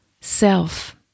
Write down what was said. self